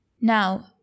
now